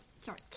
sorry